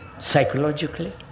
psychologically